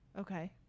Okay